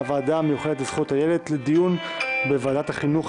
מהוועדה המיוחדת לזכויות הילד לדיון בוועדת החינוך,